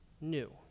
new